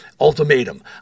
Ultimatum